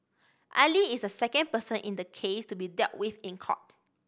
Ali is the second person in the case to be dealt with in court